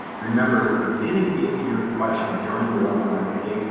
remember if we didn't get to your question during the webinar today,